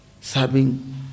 serving